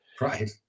Right